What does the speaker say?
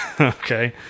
Okay